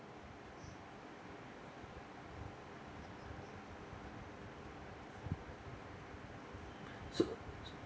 so